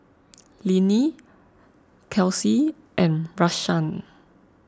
Linnie Kelsea and Rashaan